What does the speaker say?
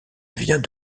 vient